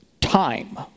time